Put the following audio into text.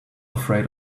afraid